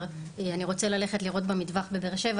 - אני רוצה ללכת לירות במטווח בבאר שבע,